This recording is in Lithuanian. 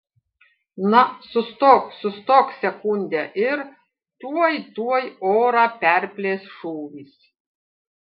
na sustok sustok sekundę ir tuoj tuoj orą perplėš šūvis